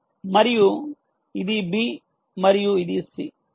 మరియు ఇది B మరియు ఇది C